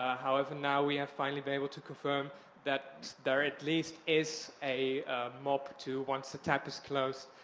however, now we have finally been able to confirm that there at least is a mop to, once the tap is closed,